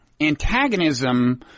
antagonism